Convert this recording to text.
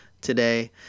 today